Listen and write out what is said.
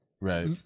Right